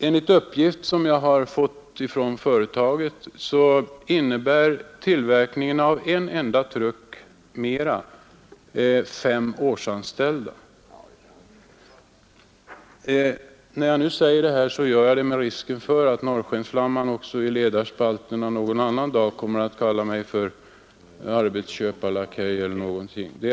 Enligt uppgift som jag fått från företaget innebär tillverkningen av ytterligare en enda truck ytterligare fem årsanställda. När jag nu säger detta gör jag det med risk för att Norrskensflamman i ledarspalten någon dag kallar mig arbetsköparelakej eller något liknande.